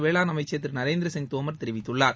வேளாண் அமைச்சர் திரு நரேந்திர சிங் தோமர் தெரிவித்துள்ளார்